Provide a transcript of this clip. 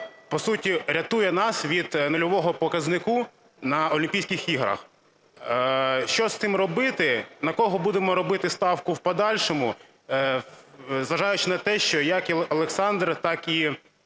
по суті, рятує нас від нульового показника на Олімпійських іграх. Що з цим робити? На кого будемо робити ставку в подальшому, зважаючи на те, що як і Олександр, так і